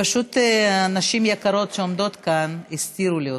פשוט הנשים היקרות שעומדות כאן הסתירו לי אותך.